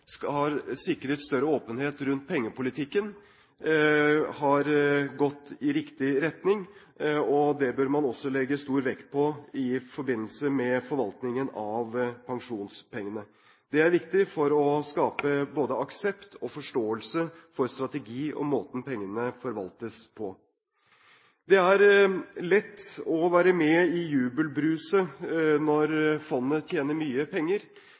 man har sikret større åpenhet rundt pengepolitikken på, har gått i riktig retning. Det bør man også legge stor vekt på i forbindelse med forvaltningen av pensjonspengene. Det er viktig for å skape både aksept og forståelse for strategi og måten pengene forvaltes på. Det er lett å være med i jubelbruset når fondet tjener mye penger.